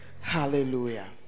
hallelujah